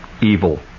evil